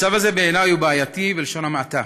הצו הזה, בעיני, הוא בעייתי, בלשון המעטה,